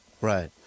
Right